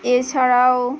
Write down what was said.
এছাড়াও